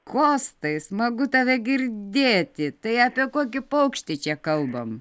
kostai smagu tave girdėti tai apie kokį paukštį čia kalbam